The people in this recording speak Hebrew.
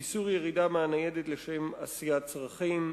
איסור ירידה מהניידת לשם עשיית צרכים.